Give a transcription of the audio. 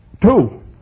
two